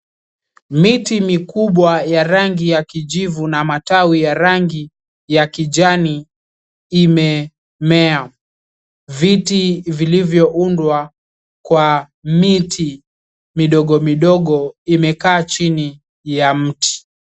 Miti mikubwa ya rangi ya kijivu na matawi ya rangi ya kijani imemea. Viti vilivyoundwa kwa miti midogo midogo imekaa chini ya mti.